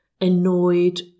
annoyed